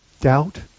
doubt